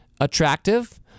Attractive